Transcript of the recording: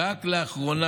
רק לאחרונה,